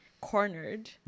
cornered